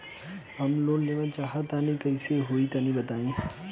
हम लोन लेवल चाहऽ तनि कइसे होई तनि बताई?